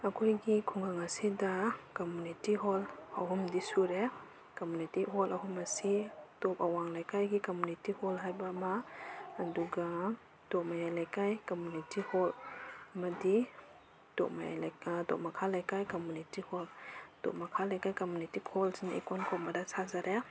ꯑꯩꯈꯣꯏꯒꯤ ꯈꯨꯡꯒꯪ ꯑꯁꯤꯗ ꯀꯝꯃꯨꯅꯤꯇꯤ ꯍꯣꯜ ꯑꯍꯨꯝꯗꯤ ꯁꯨꯔꯦ ꯀꯝꯃꯨꯅꯤꯇꯤ ꯍꯣꯜ ꯑꯍꯨꯝ ꯑꯁꯤ ꯇꯣꯞ ꯑꯋꯥꯡ ꯂꯩꯀꯥꯏꯒꯤ ꯀꯝꯃꯨꯅꯤꯇꯤ ꯍꯣꯜ ꯍꯥꯏꯕ ꯑꯃ ꯑꯗꯨꯒ ꯇꯣꯞ ꯃꯌꯥꯏ ꯂꯩꯀꯥꯏ ꯀꯝꯃꯨꯅꯤꯇꯤ ꯍꯣꯜ ꯑꯃꯗꯤ ꯇꯣꯞ ꯇꯣꯞ ꯃꯈꯥ ꯂꯩꯀꯥꯏ ꯀꯝꯃꯨꯅꯤꯇꯤ ꯍꯣꯜ ꯇꯣꯞ ꯃꯈꯥ ꯂꯩꯀꯥꯏ ꯀꯝꯃꯨꯅꯤꯇꯤ ꯍꯣꯜꯁꯤꯅ ꯏꯀꯣꯟ ꯀꯣꯟꯕꯗ ꯁꯥꯖꯔꯦ